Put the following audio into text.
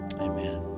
Amen